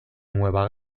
nueva